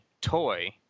toy